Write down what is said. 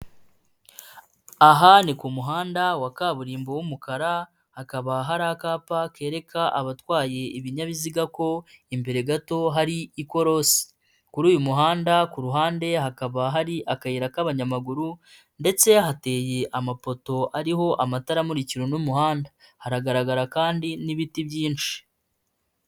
Ahandi ku muhanda wa kaburimbo w'umukara, hakaba hari akapa kereka abatwaye ibinyabiziga ko imbere gato hari ikorosi. Kuri uyu muhanda, ku ruhande hakaba hari akayira k'abanyamaguru ndetse hateye amapoto ariho amatara amurikira n'umuhanda, haragaragara kandi n'ibiti byinshi.